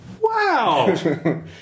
Wow